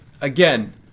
Again